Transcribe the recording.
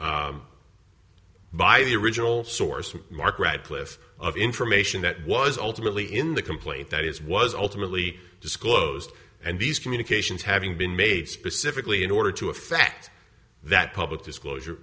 by the original source mark radcliffe of information that was ultimately in the complaint that is was ultimately disclosed and these communications having been made specifically in order to effect that public disclosure